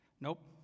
nope